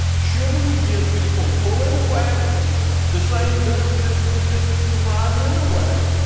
shouldn't we give people pulling the wagon the same benefits we give people riding in the wagon?